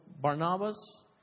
Barnabas